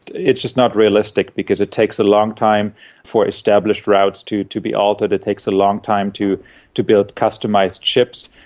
it's just not realistic, because it takes a long time for established routes to to be altered, it takes a long time to to build customised ships.